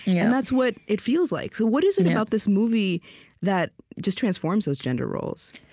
yeah and that's what it feels like. so what is it about this movie that just transforms those gender roles?